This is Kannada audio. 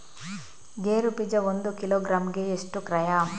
ಗೇರು ಬೀಜ ಒಂದು ಕಿಲೋಗ್ರಾಂ ಗೆ ಎಷ್ಟು ಕ್ರಯ?